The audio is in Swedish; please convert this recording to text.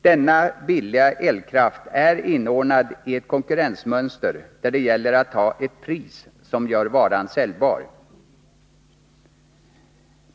Denna billiga elkraft är inordnadi ett konkurrensmönster där det gäller att ha ett pris som gör varan säljbar.